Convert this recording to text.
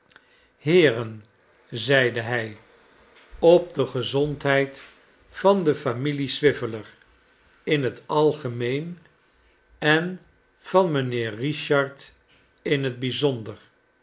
heeren zeide hij op de gezondheid van de familie swiveller in het algemeen en van mijnheer richard in het bijzonder